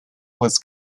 was